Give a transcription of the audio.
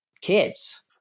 kids